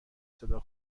صدا